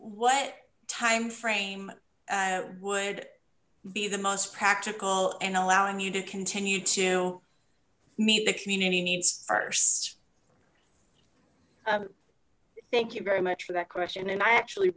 what time frame would be the most practical and allowing you to continue to meet the community needs first thank you very much for that question and i actually